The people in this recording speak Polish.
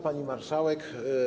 Pani Marszałek!